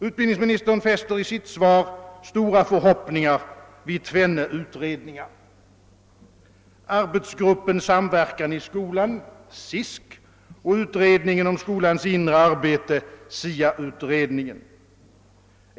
Utbildningsministern fäster i sitt svar stora förhoppningar vid tvenne utredningar: arbetsgruppen Samverkan i sko Jan, SISK, och utredningen om skolans inre arbete. SIA-utredningen.